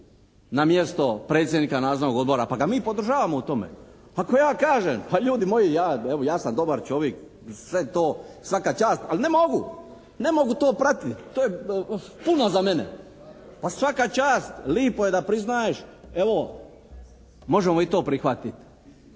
na mjesto predsjednika nadzornog odbora, pa ga mi podržavamo u tome. Ako ja kažem a ljudi moji ja evo ja sam dobar čovik, sve to, svaka čast, ali ne mogu, ne mogu to pratiti to je puno za mene. Pa svaka čast, lipo je da priznaješ. Evo, možemo i to prihvatiti.